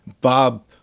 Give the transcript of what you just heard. Bob